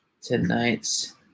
tonight's